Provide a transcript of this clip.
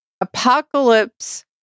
Apocalypse